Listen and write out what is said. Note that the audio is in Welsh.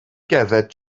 gerdded